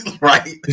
Right